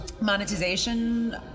monetization